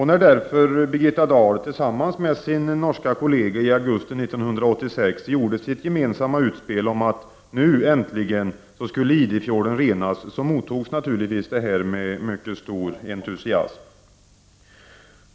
När därför Birgitta Dahl tillsammans med sin norska kollega, i augusti 1986, gjorde sitt gemensamma utspel om att Idefjorden nu äntligen skulle renas, mottogs naturligtvis detta med mycket stor entusiasm.